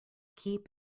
keep